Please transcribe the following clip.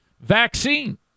vaccine